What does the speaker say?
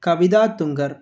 Kavitha Thunkar